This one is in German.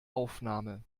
aufnahme